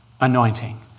anointing